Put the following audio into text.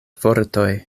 vortoj